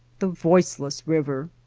the voiceless river!